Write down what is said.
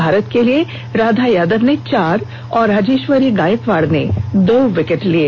भारत के लिए राधा यादव ने चार और राजेश्वरी गायकवाड़ ने दो विकेट लिये